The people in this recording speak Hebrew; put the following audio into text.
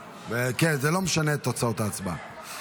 זה לא משנה את תוצאות ההצבעה.